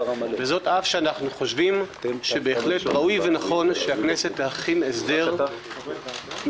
זאת על אף שאנחנו חושבים שבהחלט ראוי ונכון שהכנסת תתחיל הסדר מסודר,